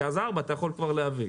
כי אז ארבעה אתה יכול כבר להביא.